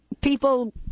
people